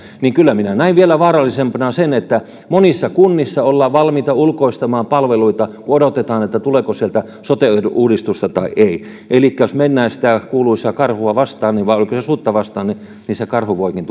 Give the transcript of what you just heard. niin kyllä minä näen vielä vaarallisempana sen että monissa kunnissa ollaan valmiita ulkoistamaan palveluita kun odotetaan tuleeko sieltä sote uudistusta vai ei elikkä jos mennään sitä kuuluisaa karhua vastaan tai oliko se sutta vastaan niin se karhu voikin